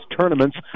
tournaments